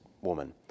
woman